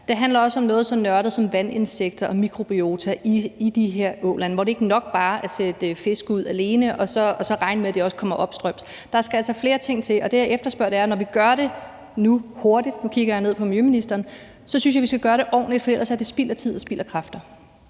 Det handler også om noget så nørdet som vandinsekter og mikrobiota i de her åer, hvor det ikke er nok alene at sætte fisk ud og så regne med, at det også kommer opstrøms. Der skal altså flere ting til, og det, jeg efterspørger, er, at når vi gør det nu og hurtigt – og nu kigger jeg ned på miljøministeren – så synes jeg, at vi skal gøre det ordentligt, for ellers er det spild af tid og spild af kræfter.